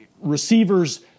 receivers